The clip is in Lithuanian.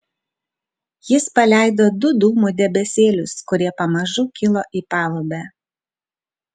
jis paleido du dūmų debesėlius kurie pamažu kilo į palubę